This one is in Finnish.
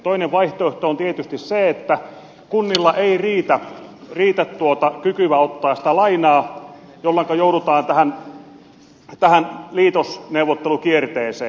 toinen vaihtoehto on tietysti se että kunnilla ei riitä kykyä ottaa sitä lainaa jolloinka joudutaan tähän liitosneuvottelukierteeseen